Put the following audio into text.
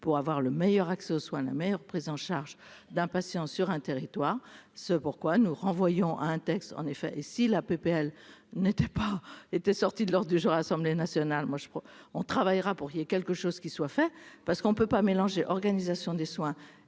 pour avoir le meilleur accès aux soins la meilleure prise en charge d'un patient sur un territoire ce pourquoi nous renvoyons à un texte en effet si la PPL n'étaient pas étaient sortis de l'Ordre du jour à l'Assemblée nationale, moi, je crois, on travaillera pour qu'il y a quelque chose qui soit fait parce qu'on ne peut pas mélanger, organisation des soins